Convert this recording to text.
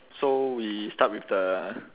so we start with the